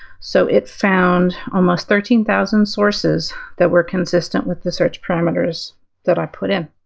so, it found almost thirteen thousand sources that were consistent with the search parameters that i put in.